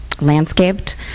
landscaped